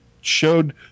showed